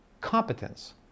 competence